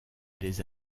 les